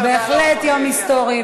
בהחלט יום היסטורי,